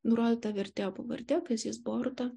nurodyta vertėjo pavardė kazys boruta